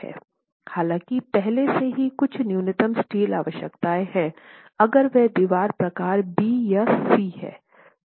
हालांकि पहले से ही कुछ न्यूनतम स्टील आवश्यकता है अगर यह दीवार प्रकार बी या सी हैं